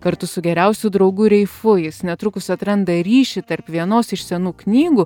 kartu su geriausiu draugu reifu jis netrukus atranda ryšį tarp vienos iš senų knygų